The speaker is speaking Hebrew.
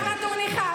הם רק נתון אחד.